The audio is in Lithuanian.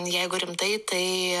jeigu rimtai tai